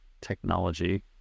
technology